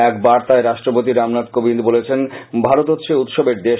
এক বার্তায় রাষ্ট্রপতি রামনাথ কোবিন্দ বলেছেন ভারত হচ্ছে উৎসবের দেশ